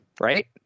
right